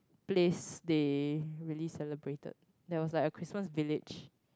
place they really celebrated there was like a Christmas village